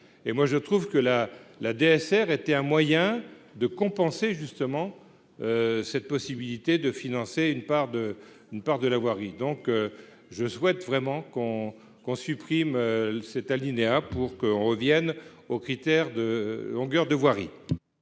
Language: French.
et moi je trouve que la la DSR était un moyen de compenser justement cette possibilité de financer une part de une part de la voirie, donc je souhaite vraiment qu'on qu'on supprime cet alinéa pour qu'on revienne aux critères de longueur de voirie.